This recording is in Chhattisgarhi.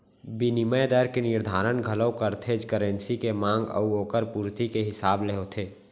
बिनिमय दर के निरधारन घलौ करथे करेंसी के मांग अउ ओकर पुरती के हिसाब ले होथे